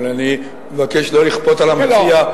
אבל אני מבקש שלא לכפות על המציע,